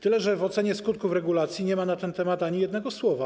Tyle że w ocenie skutków regulacji nie ma na ten temat ani jednego słowa.